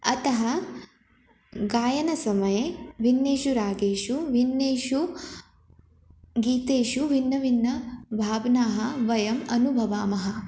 अतः गायनसमये भिन्नेषु रागेषु भिन्नेषु गीतेषु भिन्नभिन्नभावनाः वयम् अनुभवामः